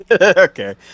Okay